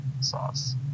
sauce